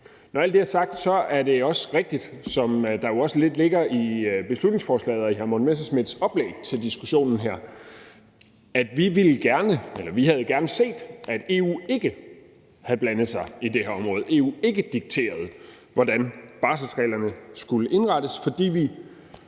Når alt det er sagt, er det også rigtigt, og det ligger jo også lidt i beslutningsforslaget og i hr. Morten Messerschmidts oplæg til diskussionen her, at vi gerne havde set, at EU ikke havde blandet sig i det her område, og at EU ikke dikterede, hvordan barselsreglerne skulle indrettes, fordi vi